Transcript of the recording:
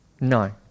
no